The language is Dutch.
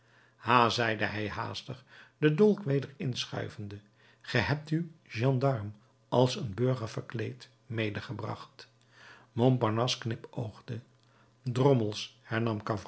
zeide hij haastig den dolk weder inschuivende ge hebt uw gendarm als een burger verkleed medegebracht montparnasse knipoogde drommels